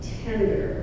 tender